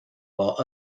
while